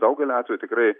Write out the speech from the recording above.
daugeliu atvejų tikrai